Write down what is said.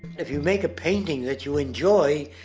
if you make a painting, that you enjoy,